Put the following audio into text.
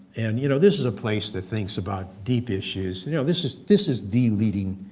and you know, this is a place that thinks about deep issues, you know this is this is the leading